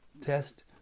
test